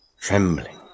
trembling